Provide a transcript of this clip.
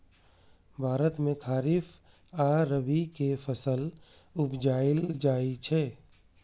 भारत मे खरीफ आ रबी के फसल उपजाएल जाइ छै